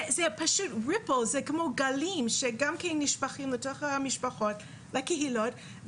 זה כמו גלים שגם כן נשפכים לתוך המשפחות לקהילות.